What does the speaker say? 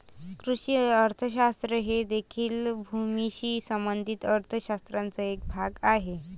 कृषी अर्थशास्त्र हे देखील भूमीशी संबंधित अर्थ शास्त्राचा एक भाग आहे